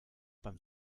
beim